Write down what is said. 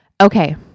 okay